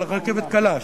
של הרכבת הקלה,